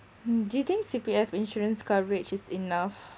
mm do you think C_P_F insurance coverage is enough